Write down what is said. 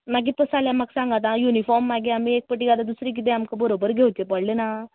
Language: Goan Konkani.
मागीर तश जाल्या म्हाक सागांत हा यूनिफॉर्म मागीर आमी एक पावटी घालून दूसरे किदें बरोबर घेवचें पडलें ना